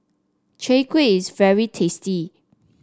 Chai Kuih is very tasty